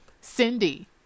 Cindy